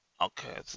okay